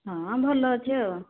ହଁ ଭଲ ଅଛି ଆଉ